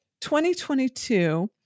2022